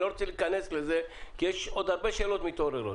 אני לא רוצה להיכנס לזה כי יש עוד הרבה שאלות שמתעוררות.